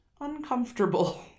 uncomfortable